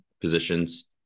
positions